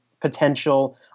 potential